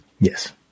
Yes